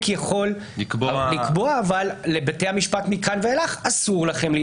יכול לקבוע אבל לבתי המשפט מכאן ואילך אסור לכם.